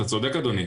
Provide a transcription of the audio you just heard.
אתה צודק, אדוני.